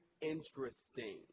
interesting